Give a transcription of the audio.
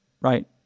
right